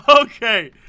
Okay